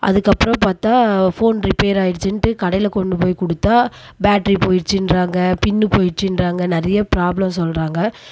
அதுக்கப்புறம் பார்த்தா phone repair ஆகிடுச்சின்னுட்டு கடையில் கொண்டு போய் கொடுத்தா பேட்டரி போய்டுச்சின்றாங்க பின் போய்டுச்சின்றாங்க நிறையா ப்ராப்ளம் சொல்கிறாங்க